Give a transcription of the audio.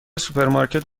سوپرمارکت